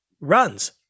runs